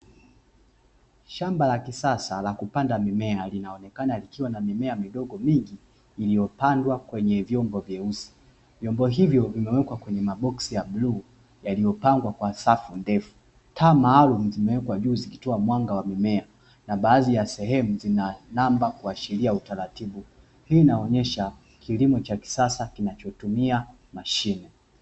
Shamba la kisasa la kupanda mimea linaonekana likiwa na mimea midogo mingi iliyopandwa kwenye vyombo vyeusi. Vyombo hivyo vimewekwa kwenye maboksi ya bluu yaliyopangwa kwa safu ndefu. Taa maalumu zimewekwa juu zikitoa mwanga wa mimea na baadhi ya sehemu zina namba kuashiria utaratibu. Hii inaonyesha kilimo cha kisasa kinachotumia mashine.